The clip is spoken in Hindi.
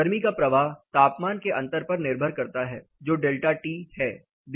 गर्मी का प्रवाह तापमान के अंतर पर निर्भर करता है जो डेल्टा T है